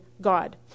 God